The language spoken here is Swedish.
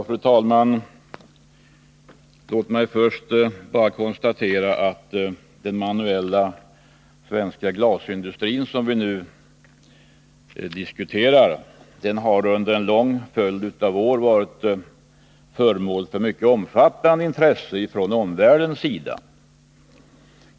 Fru talman! Låt mig först bara konstatera att den manuella svenska glasindustrin, som vi nu diskuterar, under en lång följd av år har varit föremål för mycket omfattande intresse från omvärldens sida.